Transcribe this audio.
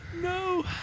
No